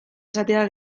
esatea